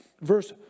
verse